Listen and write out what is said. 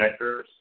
connectors